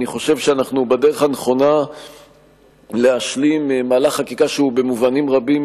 אני חושב שאנחנו בדרך הנכונה להשלים מהלך חקיקה שהוא במובנים רבים,